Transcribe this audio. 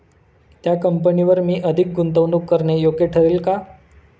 त्या कंपनीवर मी अधिक गुंतवणूक करणे योग्य ठरेल का?